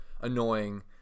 annoying